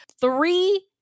three